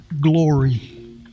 glory